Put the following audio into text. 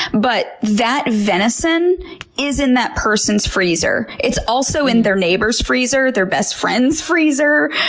but that venison is in that person's freezer. it's also in their neighbor's freezer, their best friend's freezer.